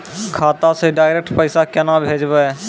खाता से डायरेक्ट पैसा केना भेजबै?